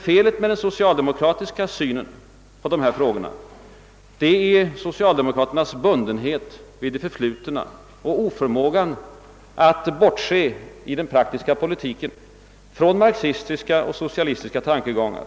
Felet med den <socialdemokratiska synen på dessa frågor är socialdemokraternas bundenhet vid det förflutna och deras oförmåga att i den praktiska politiken bortse från marxistiska och socialistiska tankegångar.